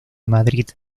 madrid